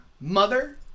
Mother